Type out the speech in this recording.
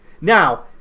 Now